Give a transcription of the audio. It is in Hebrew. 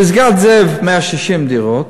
פסגת-זאב 160 דירות,